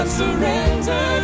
surrender